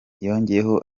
yongeyeho